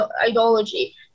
ideology